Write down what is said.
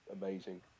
amazing